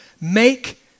make